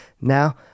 Now